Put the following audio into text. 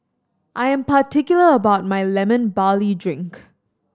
I am particular about my Lemon Barley Drink